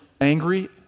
angry